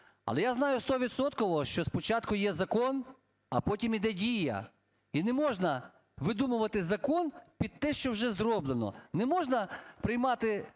Але я знаю стовідсотково, що спочатку є закон, а потім йде дія і не можна видумувати закон під те, що вже зроблено, не можна приймати